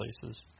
places